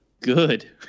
good